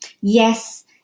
Yes